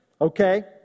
Okay